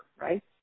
right